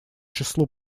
числу